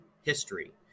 history